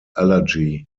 allergy